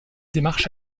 démarche